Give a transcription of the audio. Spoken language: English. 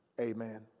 Amen